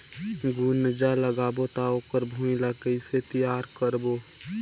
गुनजा लगाबो ता ओकर भुईं ला कइसे तियार करबो?